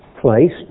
place